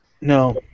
No